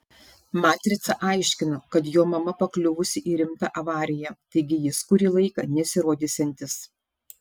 matrica aiškino kad jo mama pakliuvusi į rimtą avariją taigi jis kurį laiką nesirodysiantis